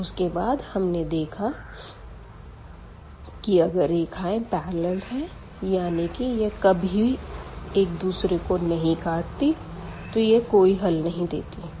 उसके बाद हमने देखा कि अगर रेखाएँ पेरलल है यानी के यह कभी एक दूसरे को नहीं काटती तो यह कोई हल नी देतीं